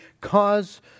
cause